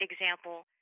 example